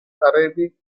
arabic